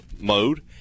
mode